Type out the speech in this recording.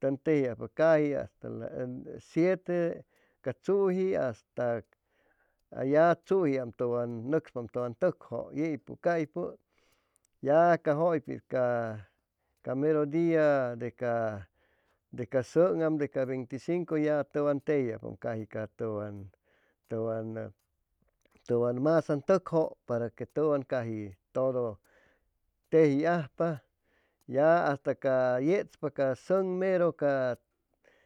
tʉn tejiajpa caji hasta siete ca tzuji hasta ya tzujiam tʉwan nʉcspaam tʉwan tʉkjʉ yeypʉ caypʉ ya ca jʉypit ca ca mero dia de ca de ca sʉn'am de ca veinticinco ya tʉwan tejiajpam caji ca tʉwan tʉwan tʉwan masaŋ tʉkjʉ para que tʉwan caji todo teji ajpa ya hasta ca yechpa ca sʉŋ mero ca